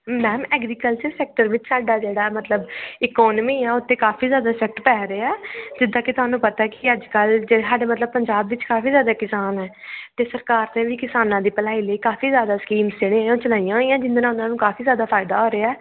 ma'am agriculture sector ਵਿੱਚ ਸਾਡਾ ਜਿਹੜਾ ਮਤਲਬ ਇਕੋਨਮੀ ਆ ਉਹ 'ਤੇ ਕਾਫੀ ਜ਼ਿਆਦਾ ਫੈਕਟ ਪੈ ਰਿਹਾ ਜਿੱਦਾਂ ਕਿ ਤੁਹਾਨੂੰ ਪਤਾ ਕਿ ਅੱਜ ਕੱਲ੍ਹ ਜੇ ਸਾਡੇ ਮਤਲਬ ਪੰਜਾਬ ਵਿੱਚ ਕਾਫੀ ਜ਼ਿਆਦਾ ਕਿਸਾਨ ਹੈ ਅਤੇ ਸਰਕਾਰ ਨੇ ਵੀ ਕਿਸਾਨਾਂ ਦੀ ਭਲਾਈ ਲਈ ਕਾਫੀ ਜ਼ਿਆਦਾ ਸਕੀਮਜ਼ ਜਿਹੜੀ ਹੈ ਉਹ ਚਲਾਈਆਂ ਹੋਈਆਂ ਜਿਹਦੇ ਨਾਲ ਉਹਨਾਂ ਨੂੰ ਕਾਫੀ ਜ਼ਿਆਦਾ ਫਾਇਦਾ ਆ ਰਿਹਾ